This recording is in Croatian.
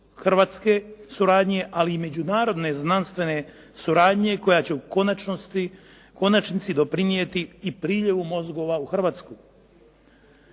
međuhrvatske suradnje, ali i međunarodne znanstvene suradnje koja će u konačnici doprinijeti i priljevu mozgova u Hrvatsku.